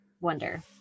wonder